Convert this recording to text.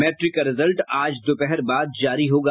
matric का result आज दोपहर बाद जारी होगा